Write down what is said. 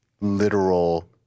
literal